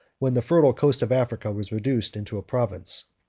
when the fertile coast of africa was reduced into a province.